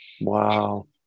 Wow